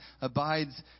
abides